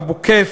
אבו-כף,